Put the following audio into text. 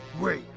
Wait